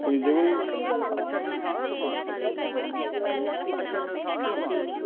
औंदे होई